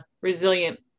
resilient